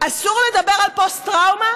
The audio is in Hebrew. אסור לדבר על פוסט-טראומה?